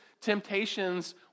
temptations